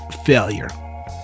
failure